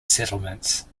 settlements